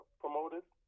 promoters